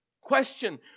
question